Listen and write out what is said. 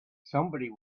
somebody